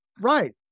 Right